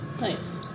Nice